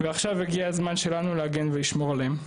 ועכשיו הגיע הזמן להגן ולשמור עליהם.